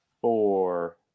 four